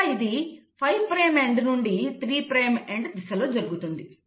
ఇది 5 prime end నుండి 3 prime end దిశలో జరుగుతుంది